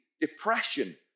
depression